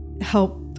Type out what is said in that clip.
help